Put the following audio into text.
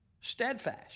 steadfast